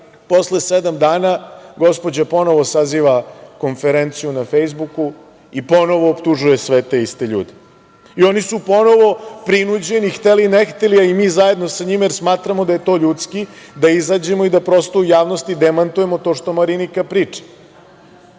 posle sedam dana gospođa ponovo saziva konferenciju na Fejsbuku i ponovo optužuje sve te iste ljude. Oni su ponovo prinuđeni, hteli, ne hteli, a i mi zajedno sa njima jer smatramo da je to ljudski da izađemo i da u javnosti demantujemo to što Marinika